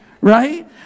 right